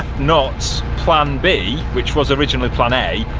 not, plan b which was originally plan a,